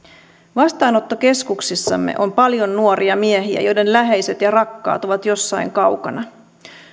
vastaanottokeskuksissamme on paljon nuoria miehiä joiden läheiset ja rakkaat ovat jossain kaukana